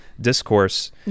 discourse